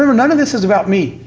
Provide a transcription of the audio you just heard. um none of this is about me.